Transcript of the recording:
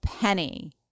penny